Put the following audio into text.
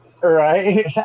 Right